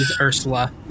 Ursula